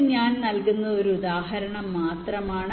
ഇത് ഞാൻ നൽകുന്ന ഒരു ഉദാഹരണം മാത്രമാണ്